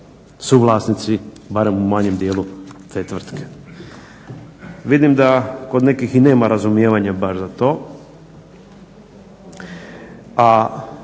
suvlasnici barem u manjem dijelu te tvrtke. Vidim da kod nekih i nema razumijevanja baš za to, a